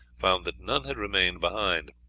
found that none had remained behind.